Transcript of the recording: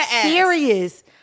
serious